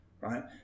right